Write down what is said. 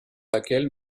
laquelle